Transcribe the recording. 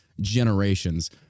generations